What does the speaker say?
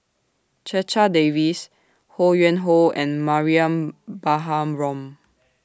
Checha Davies Ho Yuen Hoe and Mariam Baharom